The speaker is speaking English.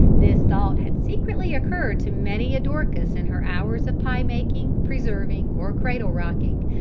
this thought had secretly occurred to many a dorcas in her hours of pie making, preserving, or cradle-rocking,